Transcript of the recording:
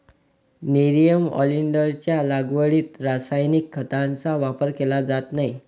nerium ऑलिंडरच्या लागवडीत रासायनिक खतांचा वापर केला जात नाही